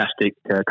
fantastic